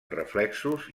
reflexos